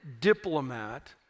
diplomat